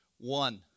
one